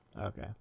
okay